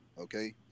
okay